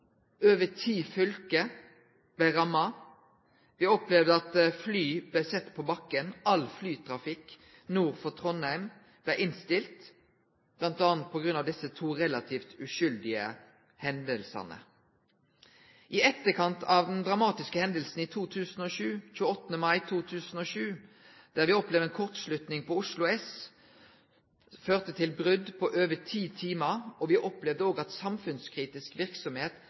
over ti fylke blei ramma. Me opplevde at fly blei sette på bakken – all flytrafikk nord for Trondheim blei innstilt, bl.a. på grunn av desse to relativt uskyldige hendingane. I etterkant av den dramatiske hendinga 28. november 2007, da ei kortslutning på Oslo S førte til straumbrot i over ti timar, opplevde me òg at samfunnskritisk